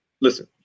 listen